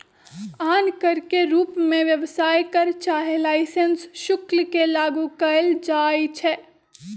आन कर के रूप में व्यवसाय कर चाहे लाइसेंस शुल्क के लागू कएल जाइछै